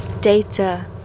Data